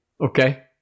Okay